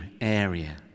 area